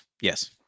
Yes